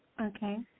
Okay